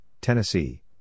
Tennessee